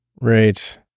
Right